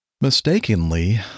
mistakenly